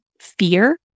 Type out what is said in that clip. fear